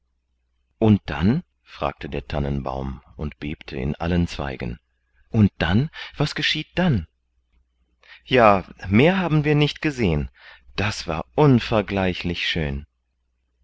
und dann fragte der tannenbaum und bebte in allen zweigen und dann was geschieht dann ja mehr haben wir nicht gesehen das war unvergleichlich schön